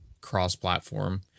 cross-platform